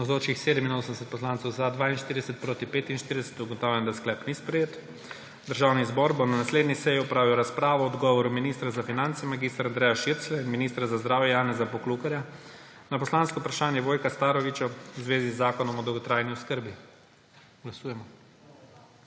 45. (Za je glasovalo 42.) (Proti 45.) Ugotavljam, da sklep ni sprejet. Državni zbor bo na naslednji seji opravil razpravo o odgovoru ministra za finance mag. Andreja Širclja in ministra za zdravje Janeza Poklukarja na poslansko vprašanje Vojka Starovića v zvezi z Zakonom o dolgotrajni oskrbi. Glasujemo.